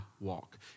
walk